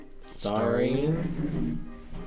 Starring